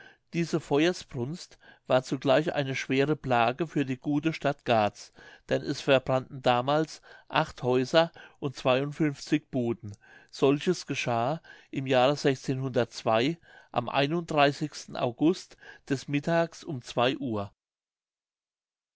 diese feuersbrunst war zugleich eine schwere plage für die gute stadt garz denn es verbrannten damals acht häuser und zwei und funfzig buden solches geschah im jahre am august des mittags um uhr